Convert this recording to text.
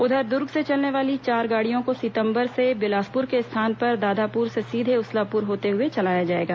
उधर दुर्ग से चलने वाली चार गाड़ियों को सितंबर से बिलासपुर के स्थान पर दाधापुर से सीधे उसलापुर होते हुए चलाया जाएगा